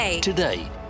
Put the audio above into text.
Today